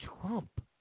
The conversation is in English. Trump